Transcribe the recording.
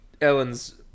Ellen's